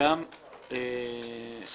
- לוביסטים עשו עבודה מצוינת.